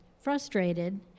frustrated